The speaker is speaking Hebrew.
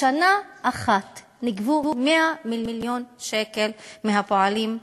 בשנה אחת נגבו 100 מיליון שקל מהפועלים הפלסטינים.